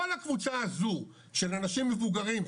כל הקבוצה הזו של אנשים מבוגרים,